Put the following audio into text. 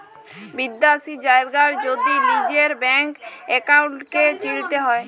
বিদ্যাশি জায়গার যদি লিজের ব্যাংক একাউল্টকে চিলতে হ্যয়